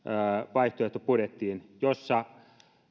vaihtoehtobudjettiin jossa